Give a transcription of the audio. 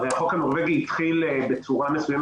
עו"ד תומר נאור, התנועה לאיכות השלטון.